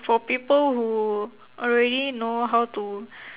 for people who already know how to